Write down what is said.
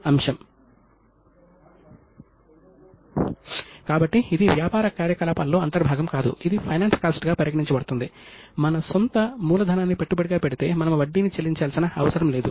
కౌటిల్యుని అర్ధశాస్త్రం అకౌంటింగ్ యొక్క నియమాలను చక్కగా నమోదు చేసింది